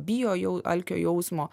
bijo jau alkio jausmo